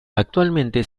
actualmente